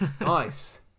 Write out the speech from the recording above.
Nice